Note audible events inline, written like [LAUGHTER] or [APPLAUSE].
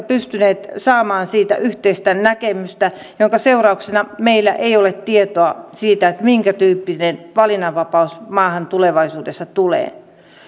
[UNINTELLIGIBLE] pystyneet saamaan siitä yhteistä näkemystä minkä seurauksena meillä ei ole tietoa siitä minkätyyppinen valinnanvapaus maahan tulevaisuudessa tulee